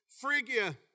Phrygia